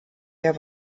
der